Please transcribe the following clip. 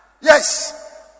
Yes